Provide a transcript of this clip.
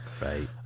right